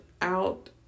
out